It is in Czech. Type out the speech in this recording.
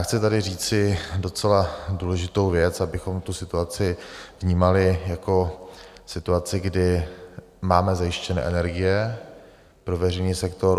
Chci tady říci docela důležitou věc, abychom tu situaci vnímali jako situaci, kdy máme zajištěné energie pro veřejný sektor.